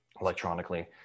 electronically